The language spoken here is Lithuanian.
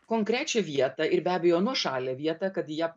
konkrečią vietą ir be abejo nuošalią vietą kad į ją